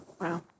Wow